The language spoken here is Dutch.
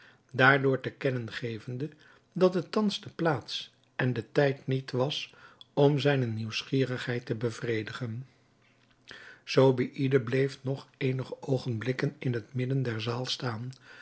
daardoor te kennen gevende dat het thans de plaats en de tijd niet was om zijne nieuwsgierigheid te bevredigen zobeïde bleef nog eenige oogenblikken in het midden der zaal staan